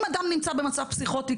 אם אדם נמצא במצב פסיכוטי,